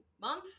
Month